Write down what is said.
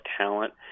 talent